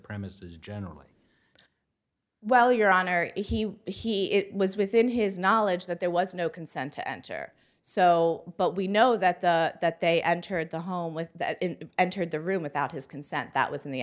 premises generally well your honor he he it was within his knowledge that there was no consent to enter so but we know that the that they entered the home with that entered the room without his consent that was in the